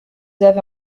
avez